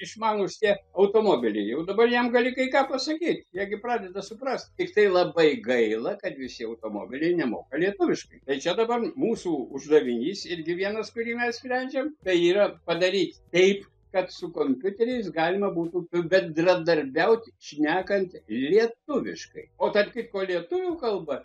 išmanūs tie automobiliai jau dabar jam gali kai ką pasakyt jie gi pradeda suprasti tiktai labai gaila kad visi automobiliai nemoka lietuviškai tai čia dabar mūsų uždavinys irgi vienas kurį mes sprendžiam tai yra padaryt taip kad su kompiuteriais galima būtų b bendradarbiaut šnekant lietuviškai o tarp kitko lietuvių kalba